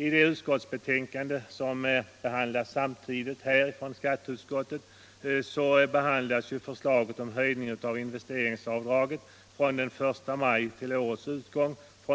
I det betänkande från skatteutskottet som samtidigt behandlas här har förslaget om höjning av investeringsavdraget från